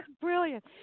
brilliant